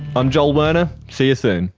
i'm joel werner, see you soon